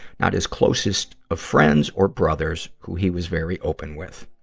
not his closest of friends or brothers, who he was very open with.